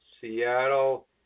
Seattle